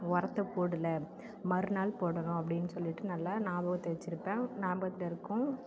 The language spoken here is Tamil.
உரத்த போடல மறுநாள் போடணும் அப்படின்னு சொல்லிட்டு நல்லா ஞாபகத்தை வச்சுருப்பேன் ஞாபக்கத்தில் இருக்கும்